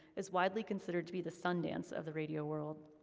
is widely considered to be the sundance of the radio world.